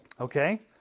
Okay